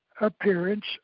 appearance